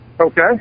Okay